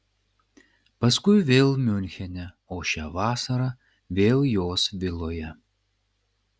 paskui vėl miunchene o šią vasarą vėl jos viloje